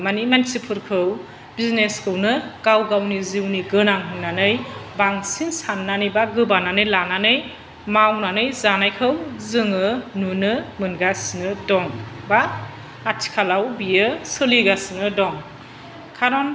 मानि मानसिफोरखौ बिजिनेसखौनो गाव गावनि जिउनि गोनां होननानै बांसिन साननानै बा गोबानानै लानानै मावनानै जानायखौ जोङो नुनो मोनगासिनो दं बा आथिखालाव बियो सोलिगासिनो दं खारन